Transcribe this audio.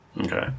Okay